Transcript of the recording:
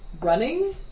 Running